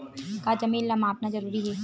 का जमीन ला मापना जरूरी हे?